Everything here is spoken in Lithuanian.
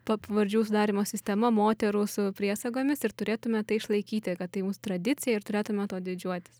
pa pavardžių sudarymo sistema moterų su priesagomis ir turėtume tai išlaikyti kad tai mūsų tradicija ir turėtume tuo didžiuotis